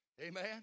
amen